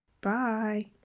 Bye